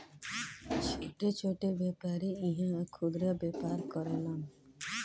छोट छोट व्यापारी इहा खुदरा व्यापार करेलन